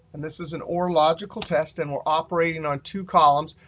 and this is an or logical test and we're operating on two columns.